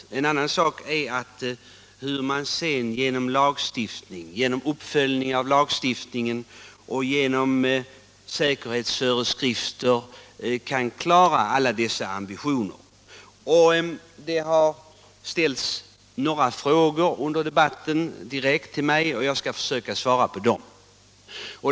Sedan är det en annan sak hur man genom lagstiftning, genom uppföljning av lagstiftningen och genom säkerhetsföreskrifter skall kunna leva upp till dessa ambitioner. Under debatten har det ställts några frågor till mig, och jag skall försöka svara på dem.